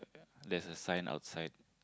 there's a sign outside